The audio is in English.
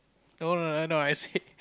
no no no I say